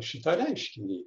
šitą reiškinį